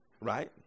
Right